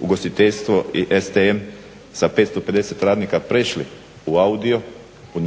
Ugostiteljstvo i STM) sa 550 radnika prešli u AUDIO u